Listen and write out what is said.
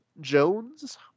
Jones